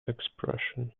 expression